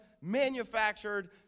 manufactured